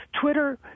Twitter